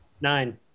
Nine